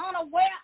unaware